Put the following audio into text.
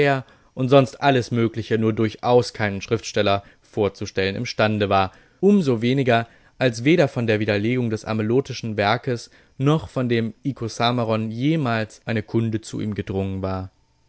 und sonst alles mögliche nur durchaus keinen schriftsteller vorzustellen imstande war um so weniger als weder von der widerlegung des amelotischen werkes noch von dem icosameron jemals eine kunde zu ihm gedrungen war